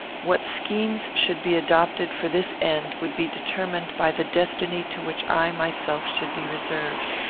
what schemes should be adopted for this end would be determined by the destiny to which i myself should be reserved.